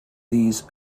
these